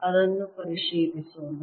ಅದನ್ನು ಪರಿಶೀಲಿಸೋಣ